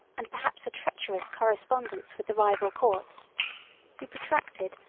and perhaps a treacherous, correspondence with the rival courts who protracted,